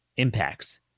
Impacts